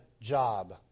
job